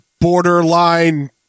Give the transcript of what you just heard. borderline